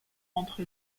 entre